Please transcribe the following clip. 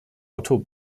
otto